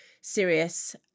serious